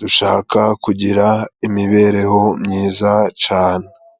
dushaka kugira imibereho myiza cane.